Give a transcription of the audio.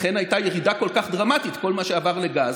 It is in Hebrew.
לכן הייתה ירידה כל כך דרמטית: כל מה שעבר לגז,